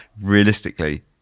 realistically